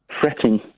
Fretting